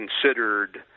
considered